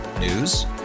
News